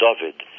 David